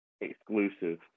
exclusive